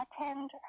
attend